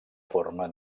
forma